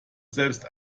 selbst